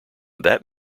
that